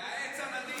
מהעץ הנדיב.